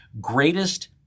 greatest